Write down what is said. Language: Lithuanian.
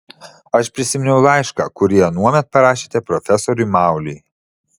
aš prisiminiau laišką kurį anuomet parašėte profesoriui mauliui